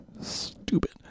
stupid